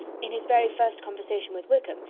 in his very first conversation with wickham,